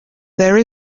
there